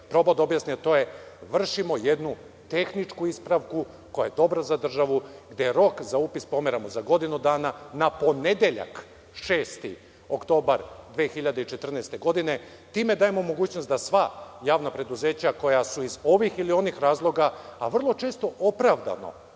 probao da objasni, a to je vršimo jednu tehničku ispravku koja je dobra za državu, gde rok za upis pomeramo za godinu dana, na ponedeljak 6. oktobar 2014. godine. Time dajemo mogućnost da sva javna preduzeća koja su iz ovih ili onih razloga, a vrlo često opravdano,